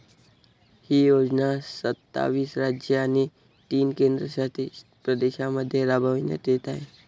ही योजना सत्तावीस राज्ये आणि तीन केंद्रशासित प्रदेशांमध्ये राबविण्यात येत आहे